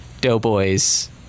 Doughboys